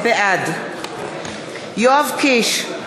בעד יואב קיש,